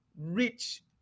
rich